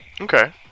Okay